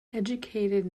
educated